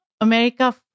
America